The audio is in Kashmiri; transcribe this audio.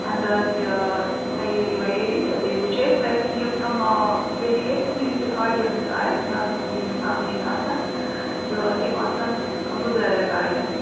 انٛدازے یہِ تَیاری ویٲری تہٕ بیٚیہِ وُچھو أسۍ یِم تُہۍ ہیٚکو یِم آڈِینِس آسہِ ناظریٖن یِم سامیٖن آسن تہٕ تِم آسَن بُزرگ آیی